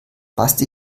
basti